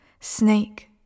snake